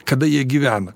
kada jie gyvena